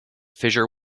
fissure